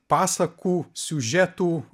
pasakų siužetų